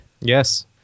Yes